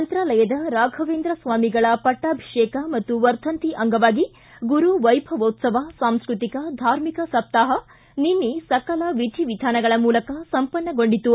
ಮಂತ್ರಾಲಯದ ರಾಘವೇಂದ್ರಸ್ವಾಮಿಗಳ ಪಟ್ಟಾಭಿಷೇಕ ಮತ್ತು ವರ್ಧಂತಿ ಅಂಗವಾಗಿ ಗುರು ವೈಭವೋತ್ತವ ಸಾಂಸ್ಟತಿಕ ಧಾರ್ಮಿಕ ಸಪ್ತಾಹ ನಿನ್ನೆ ಸಕಲ ವಿಧಿ ವಿಧಾನಗಳ ಮೂಲಕ ಸಂಪನ್ನಗೊಂಡಿತು